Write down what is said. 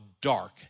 dark